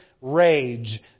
rage